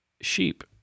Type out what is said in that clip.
sheep